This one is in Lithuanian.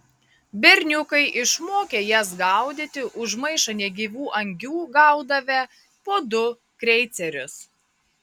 berniukai išmokę jas gaudyti už maišą negyvų angių gaudavę po du kreicerius